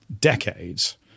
decades